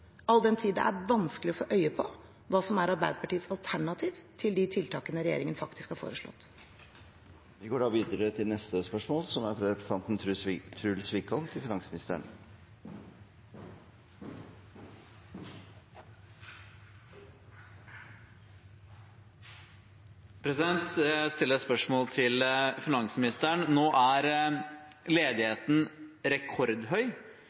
all den tid det er vanskelig å få øye på hva som er Arbeiderpartiets alternativ til de tiltakene regjeringen faktisk har foreslått. Jeg vil stille et spørsmål til finansministeren: «Ledigheten er rekordhøy, og ifølge statsminister og finansminister er skattekutt i formuesskatten et av de viktigste grepene for å få ned ledigheten. Til